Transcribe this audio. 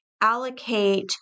allocate